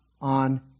on